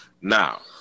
Now